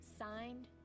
signed